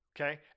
Okay